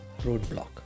roadblock